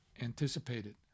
anticipated